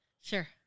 Sure